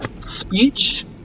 speech